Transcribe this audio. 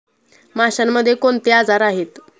माशांमध्ये कोणते आजार आहेत?